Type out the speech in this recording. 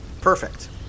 Perfect